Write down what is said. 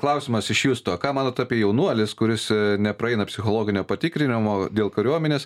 klausimas iš justo ką manot apie jaunuolis kuris nepraeina psichologinio patikrinimo dėl kariuomenės